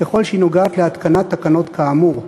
ככל שהיא נוגעת להתקנת תקנות כאמור.